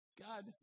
God